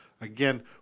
Again